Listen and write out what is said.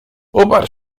uparł